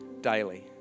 daily